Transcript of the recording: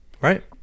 right